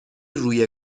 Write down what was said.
روی